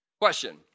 question